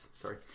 Sorry